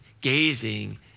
gazing